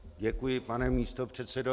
Děkuji, pane místopředsedo.